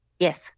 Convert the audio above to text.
Yes